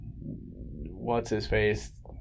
what's-his-face